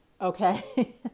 okay